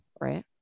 Right